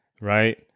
right